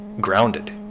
grounded